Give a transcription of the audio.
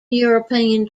european